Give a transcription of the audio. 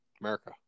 America